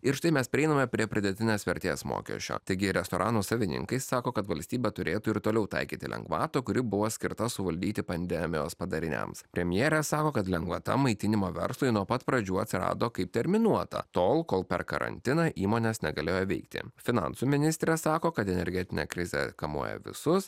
ir štai mes prieiname prie pridėtinės vertės mokesčio taigi restoranų savininkai sako kad valstybė turėtų ir toliau taikyti lengvatą kuri buvo skirta suvaldyti pandemijos padariniams premjeras sako kad lengvata maitinimo verslui nuo pat pradžių atsirado kaip terminuota tol kol per karantiną įmonės negalėjo veikti finansų ministrė sako kad energetinė krizė kamuoja visus